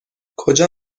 کجا